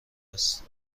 است